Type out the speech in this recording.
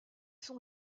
sont